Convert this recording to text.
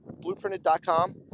blueprinted.com